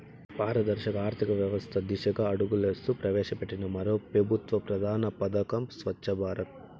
పారదర్శక ఆర్థికవ్యవస్త దిశగా అడుగులేస్తూ ప్రవేశపెట్టిన మరో పెబుత్వ ప్రధాన పదకం స్వచ్ఛ భారత్